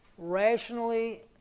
rationally